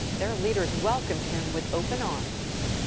their leaders welcomed him with open arms.